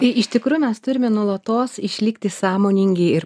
tai iš tikrųjų mes turime nuolatos išlikti sąmoningi ir